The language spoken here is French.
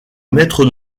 maître